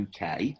UK